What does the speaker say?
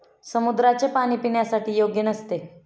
समुद्राचे पाणी पिण्यासाठी योग्य नसते